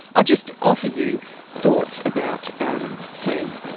i just offer you thoughts about, um say,